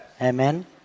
Amen